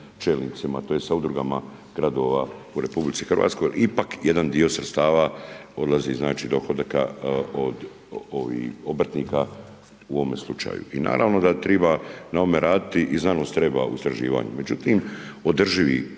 čelnicima tj. sa udrugama gradova u RH. Ipak jedan dio sredstava odlazi, znači dohodaka od obrtnika u ovome slučaju. I naravno da triba na ovome raditi i znanost treba u istraživanju. Međutim, održivi